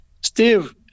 Steve